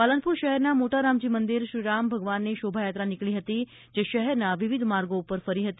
પાલનપુર શહેરના મોટા રામજી મંદિર શ્રી રામ ભગવાનની શોભાયાત્રા નીકળી હતી જે શહેરના વિવિધ માર્ગો પર ફરી હતી